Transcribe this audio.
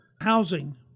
housing